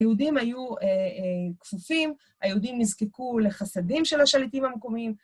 היהודים היו כפופים, היהודים נזקקו לחסדים של השליטים המקומיים.